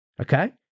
Okay